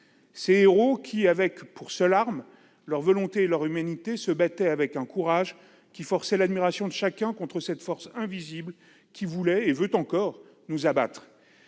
ces héros qui, avec pour seules armes leur volonté et leur humanité, se battaient, avec un courage forçant l'admiration de chacun, contre cette force invisible qui voulait, et veut encore, nous abattre.